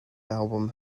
album